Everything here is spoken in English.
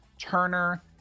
Turner